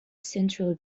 central